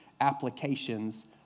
applications